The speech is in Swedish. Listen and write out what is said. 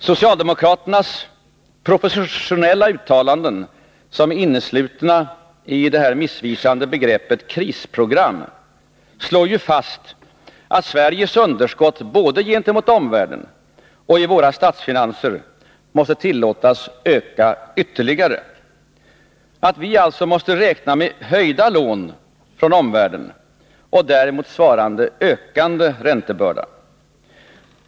Socialdemokraternas professionella uttalanden, som är inneslutna i det missvisande begreppet krisprogram, slår fast att Sveriges underskott både gentemot omvärlden och i våra statsfinanser måste tillåtas öka ytterligare, att vi alltså måste räkna med höjda lån från omvärlden och en däremot svarande ökande räntebörda.